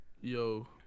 Yo